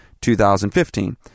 2015